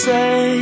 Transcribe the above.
Say